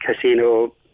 casino